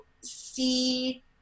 see